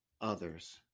others